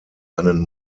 einen